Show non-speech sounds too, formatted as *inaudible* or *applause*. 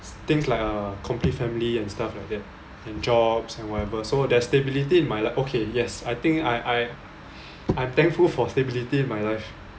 things like a complete family and stuff like that and jobs and whatever so there's stability in my like okay yes I think I I *breath* I'm thankful for stability in my life